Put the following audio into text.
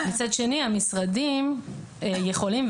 מצד שני המשרדים יכולים,